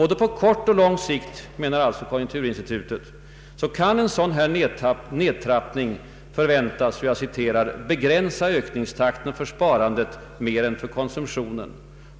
Både på kort och på lång sikt, menar konjunkturinstitutet, kan en sådan nedtrappning förväntas ”begränsa ökningstakten för sparandet mer än för konsumtionen”.